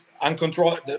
uncontrolled